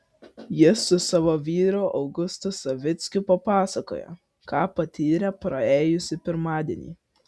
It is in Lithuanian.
ji su savo vyru augustu savickiu papasakojo ką patyrė praėjusį pirmadienį